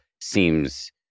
seems